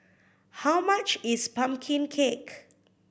how much is pumpkin cake